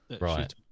Right